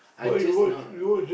I just know